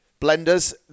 blenders